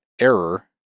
error